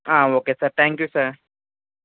ఆ okay sir thank you sir